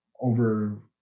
over